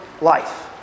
life